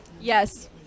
Yes